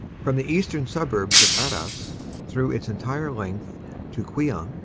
from the eastern suburbs of arras, through its entire length to queant,